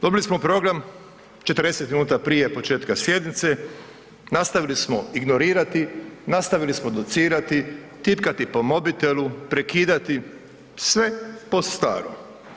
Dobili smo program 40 minuta prije početka sjednice, nastavili smo ignorirati, nastavili smo docirati, tipkati po mobitelu, prekidati, sve po starom.